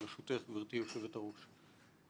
ברשותך גבירתי יושבת הראש.